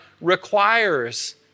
requires